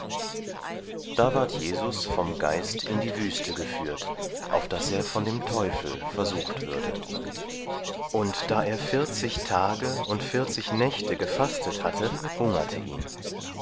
da ward jesus vom geist in die wüste geführt auf daß er von dem teufel versucht würde und da er vierzig tage und vierzig nächte gefastet hatte hungerte ihn